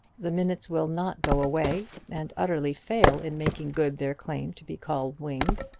the minutes will not go away, and utterly fail in making good their claim to be called winged.